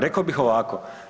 Rekao bih ovako.